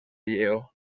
lleó